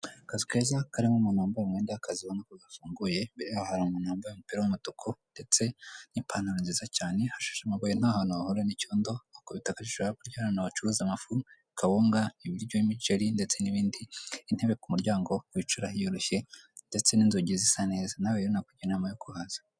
Akazu keza karimo umuntu wambaye umenda w'akazi, ubona ko gafunguye, imbere yaho hari umuntu wambaye umupira w'umutuku, ndetse n'ipantaro nziza cyane, hashashe amabuye ntahantu wahurira n'icyondo, ukubita akajisho hakurya hari ahantu bacuruza amafu, kawunga, ibiryo, imiceri ndetse n'ibindi, intebe ku muryango wicaraho iyo urushye, ndetse n'inzugi zisa neza, nawe rero nakugira inama yo kuhaza.